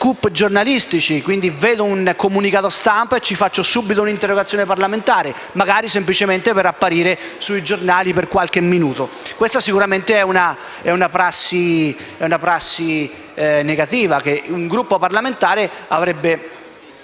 (si vede un comunicato stampa e si presenta subito un'interrogazione parlamentare, magari solo per apparire sui giornali per qualche minuto). Questa è sicuramente una prassi negativa che ogni Gruppo parlamentare avrebbe